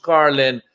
Carlin